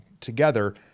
together